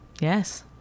Yes